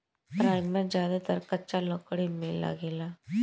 primer ज्यादातर कच्चा लकड़ी में लागेला